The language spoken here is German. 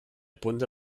bunte